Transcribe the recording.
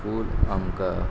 पूड आमकां